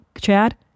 Chad